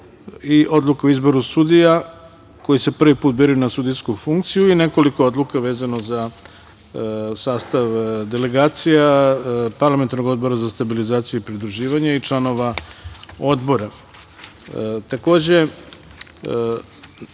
i Odluka o izboru sudija koji se prvi put biraju na sudijsku funkciju i nekoliko odluka vezano za sastav delegacija parlamentarnog Odbora za stabilizaciju i pridruživanje i članova odbora.